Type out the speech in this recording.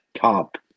top